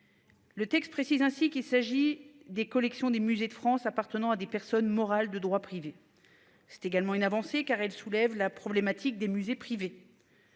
Le texte précise ainsi qu'il s'agit des collections des musées de France appartenant à des personnes morales de droit privé. C'est également une avancée car elle soulève la problématique des musées privés.